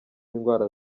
indwara